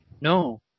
No